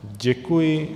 Děkuji.